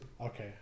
Okay